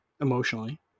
emotionally